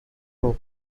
for